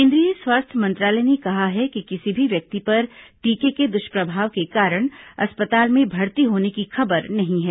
केन्द्रीय स्वास्थ्य मंत्रालय ने कहा है कि किसी भी व्यक्ति पर टीके के दुष्प्रभाव के कारण अस्पताल में भर्ती होने की खबर नहीं है